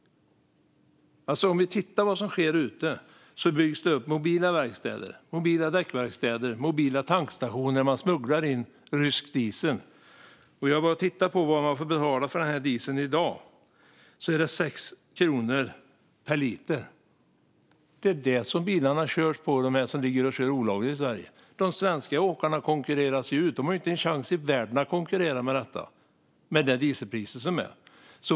Om vi tittar på vad som sker där ute ser vi att det byggs upp mobila verkstäder, mobila däckverkstäder och mobila tankstationer. Man smugglar in rysk diesel. Jag var och tittade på vad man får betala för den dieseln i dag. Det är 6 kronor per liter. Det är det som bilarna körs på som kör olagligt i Sverige. De svenska åkarna konkurreras ut. De har inte en chans i världen att konkurrera med det dieselpris som är.